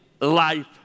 life